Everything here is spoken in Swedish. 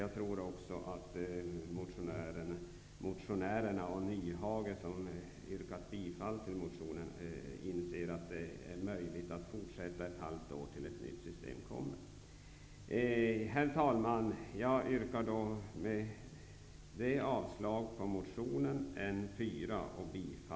Jag tror att motionärerna och Hans Nyhage, som yrkade bifall till motionen, inser att det måste vara möjligt att fortsätta ett halvår med det gamla tills ett nytt system införts. Herr talman! Jag yrkar avslag på motionen NU4